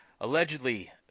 allegedly –